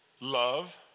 love